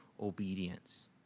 obedience